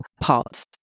parts